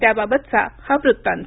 त्याबाबतचा हा वृत्तांत